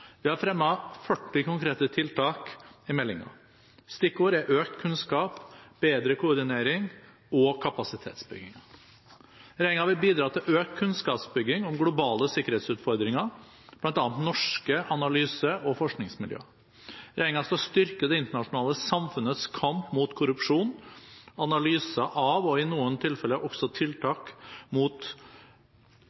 Vi har fremmet 40 konkrete tiltak i meldingen. Stikkord er økt kunnskap, bedre koordinering og kapasitetsbygging. Regjeringen vil bidra til økt kunnskapsbygging om globale sikkerhetsutfordringer blant norske analyse- og forskningsmiljøer. Regjeringen skal styrke det internasjonale samfunnets kamp mot korrupsjon. Analyse av – og i noen tilfeller også